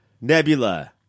Nebula